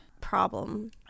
problem